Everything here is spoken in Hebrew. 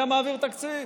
היה מעביר תקציב.